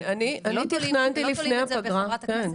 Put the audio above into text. אני תכננתי לפני הפגרה -- לא תולים את זה בחברת הכנסת